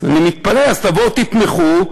אני מתפלא, אז תבואו ותתמכו: